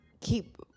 keep